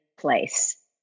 place